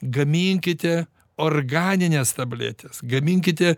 gaminkite organines tabletes gaminkite